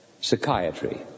psychiatry